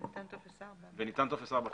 וכמובן ניתן טופס 4 למבנה.